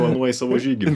planuoji savo žygį